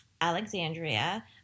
Alexandria